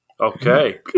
Okay